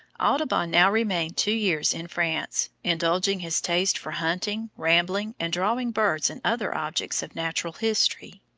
audubon now remained two years in france, indulging his taste for hunting, rambling, and drawing birds and other objects of natural history.